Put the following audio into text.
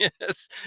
Yes